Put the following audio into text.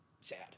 Sad